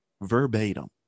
verbatim